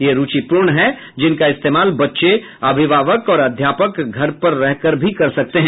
ये रूचिपूर्ण हैं जिनका इस्तेमाल बच्चे अभिभावक और अध्यापक घर पर रह कर भी कर सकते हैं